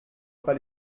pas